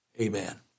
Amen